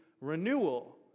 renewal